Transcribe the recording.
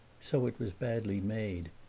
so it was badly made,